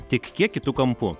tik kiek kitu kampu